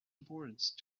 importance